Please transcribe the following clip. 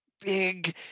big